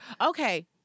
Okay